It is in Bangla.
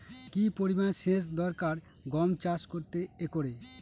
কি পরিমান সেচ দরকার গম চাষ করতে একরে?